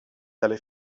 dalle